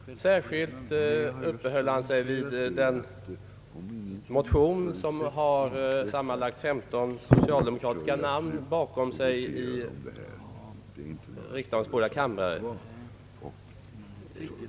Särskilt uppehöll han sig vid den motion som har sammanlagt 15 socialdemokratiska namn bakom sig i riksdagens båda kamrar.